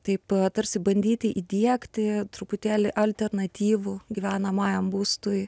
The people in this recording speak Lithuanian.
taip tarsi bandyti įdiegti truputėlį alternatyvų gyvenamajam būstui